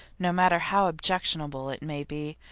no matter how objectionable it may be,